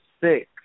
six